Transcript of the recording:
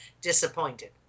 disappointed